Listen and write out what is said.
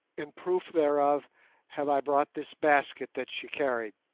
in proof thereof have i brought this basket that she carried.